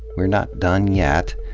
we're not done yet.